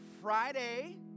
Friday